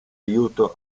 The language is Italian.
aiuto